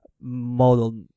model